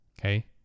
Okay